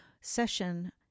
session